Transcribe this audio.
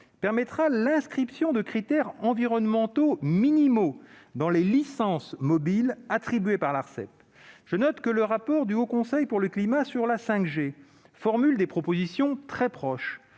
permettra l'inscription de critères environnementaux minimaux dans les licences mobiles attribuées par l'Arcep. Je note que le rapport du Haut Conseil pour le climat sur la 5G formule des propositions très proches